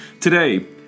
today